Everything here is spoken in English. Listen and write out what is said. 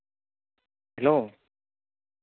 hello